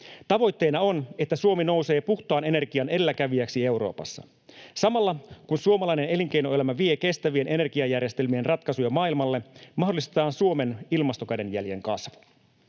Tavoitteena on, että Suomi nousee puhtaan energian edelläkävijäksi Euroopassa. Samalla kun suomalainen elinkeinoelämä vie kestävien energiajärjestelmien ratkaisuja maailmalle, mahdollistetaan Suomen ilmastokädenjäljen kasvu.